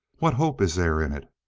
what hope is there in it?